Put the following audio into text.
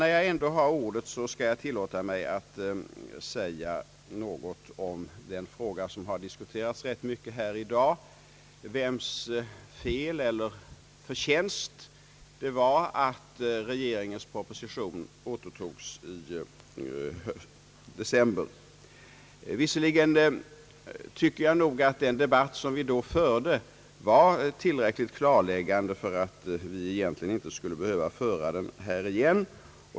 När jag ändå har ordet skall jag tillåta mig att säga något om den fråga som diskuterats rätt mycket här i dag — vems fel eller förtjänst det var att regeringens proposition återtogs i december. Visserligen tycker jag att den debatt vi då förde var tillräckligt klarläggande och att vi egentligen inte skulle behöva föra den här igen.